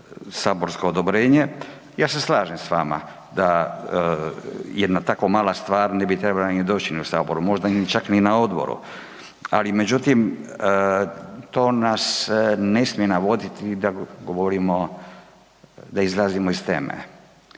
saborsko odobrenje. Ja se slažem s vama da jedna tako mala stvar ne bi trebala ni doći na sabor, možda čak ni na odboru, ali međutim to nas ne smije navoditi da govorimo, da